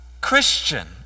Christian